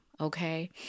okay